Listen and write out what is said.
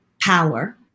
power